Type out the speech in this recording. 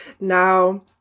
Now